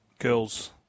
girls